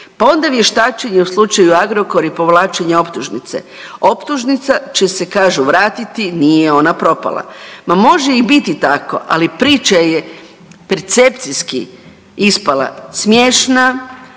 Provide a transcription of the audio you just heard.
Pa onda vještačenje u slučaju Agrokor i povlačenje optužnice. Optužnica će se kažu vratiti, nije ona propala. Ma može i biti tako, ali priča je percepcijski ispala smiješna,